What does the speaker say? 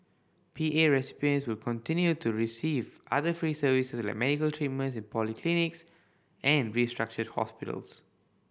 P A recipients will continue to receive other free services like medical treatment in polyclinics and restructured hospitals